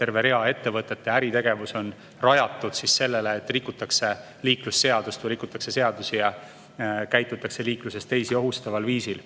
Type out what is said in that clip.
terve rea ettevõtete äritegevus on rajatud sellele, et rikutakse liiklusseadust või rikutakse muid seadusi ja käitutakse liikluses teisi ohustaval viisil.